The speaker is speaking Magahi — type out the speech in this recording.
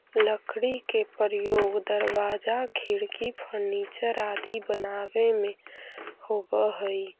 लकड़ी के प्रयोग दरवाजा, खिड़की, फर्नीचर आदि बनावे में होवऽ हइ